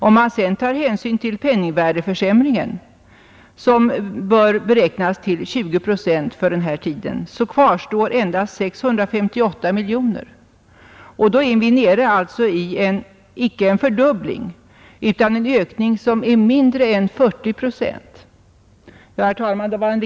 Om man sedan tar hänsyn till penningvärdeförsämringen, som bör beräknas till 20 procent för den här tiden, kvarstår endast 658 miljoner. Då blir ökningen inte en fördubbling utan mindre än 40 procent. Herr talman!